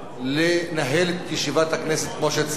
לנהל את ישיבת הכנסת כמו שצריך.